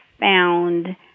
found